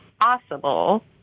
possible